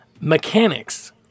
mechanics